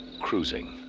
Cruising